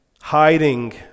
Hiding